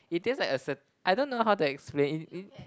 it taste like a cer~ I don't know how to explain it